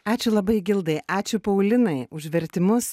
ačiū labai gildai ačiū paulinai už vertimus